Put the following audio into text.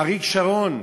אריק שרון,